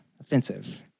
offensive